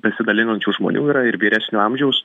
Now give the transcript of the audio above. besidalinančių žmonių yra ir vyresnio amžiaus